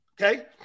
Okay